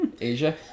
Asia